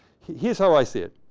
here's how i see it.